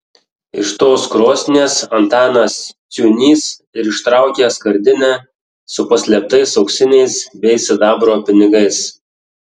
iš tos krosnies antanas ciūnys ir ištraukė skardinę su paslėptais auksiniais bei sidabro pinigais